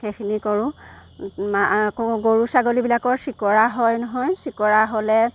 সেইখিনি কৰো আকৌ গৰু ছাগলীবিলাকৰ চিকৰা হয় নহয় চিকৰা হ'লে